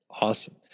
Awesome